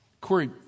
Corey